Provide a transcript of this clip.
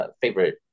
favorite